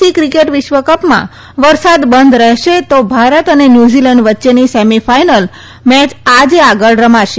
ICC cricket વિશ્વકપમાં વરસાદ બંધ રહેશે તો ભારત અને ન્યૂઝીલેન્ડ વચ્ચેની સેમિફાઈનલ મે ચ આજે આગળ રમાશે